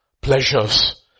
pleasures